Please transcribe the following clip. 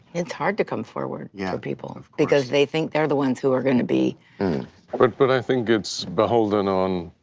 it's hard to come forward for yeah people because they think they're the ones who are gonna be but but i think it's beholden on,